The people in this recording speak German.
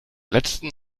letzten